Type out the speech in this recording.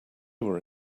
were